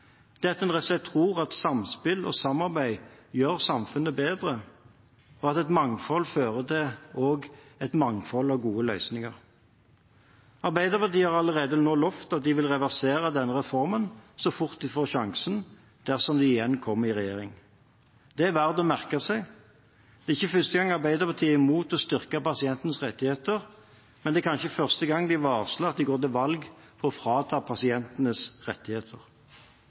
det at en rett og slett tror at samspill og samarbeid gjør samfunnet bedre, og at et mangfold fører til også et mangfold av gode løsninger. Arbeiderpartiet har allerede nå lovet at de vil reversere denne reformen så fort de får sjansen, dersom de igjen kommer i regjering. Det er verdt å merke seg. Det er ikke først gang Arbeiderpartiet er imot å styrke pasientens rettigheter, men det er kanskje første gang de varsler at de går til valg på å frata pasientene rettigheter.